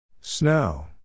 Snow